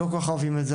לא כל כך אוהב את זה,